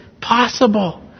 possible